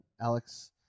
Alex